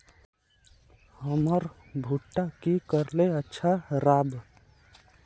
हमर भुट्टा की करले अच्छा राब?